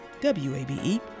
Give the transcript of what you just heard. WABE